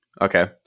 Okay